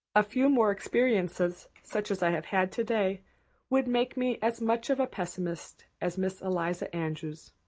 a few more experiences such as i have had today would make me as much of a pessimist as miss eliza andrews,